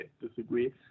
disagree